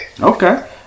Okay